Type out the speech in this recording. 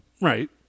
right